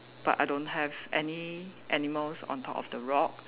but I don't have any animals on top of the rock